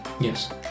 Yes